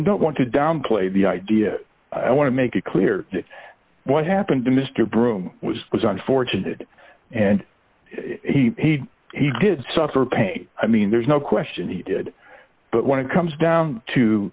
don't want to downplay the idea i want to make it clear that what happened to mr broom was was unfortunate and he he did suffer pain i mean there's no question he did but when it comes down to